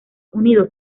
unidos